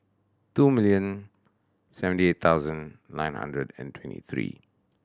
two million seventy eight thousand nine hundred and twenty three